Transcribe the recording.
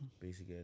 Basic